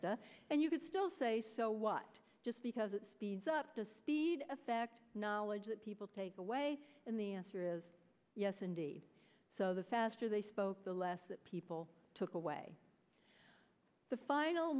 a and you could still say so what just because it speeds up to speed affect knowledge that people take away and the answer is yes indeed so the faster they spoke the less people took away the final